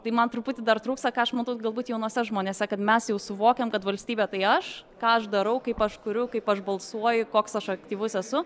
tai man truputį dar trūksta ką aš matau galbūt jaunuose žmonėse kad mes jau suvokiam kad valstybė tai aš ką aš darau kaip aš kuriu kaip aš balsuoju koks aš aktyvus esu